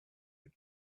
that